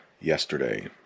yesterday